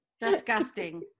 disgusting